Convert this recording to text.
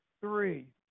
three